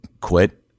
quit